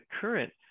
current